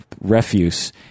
refuse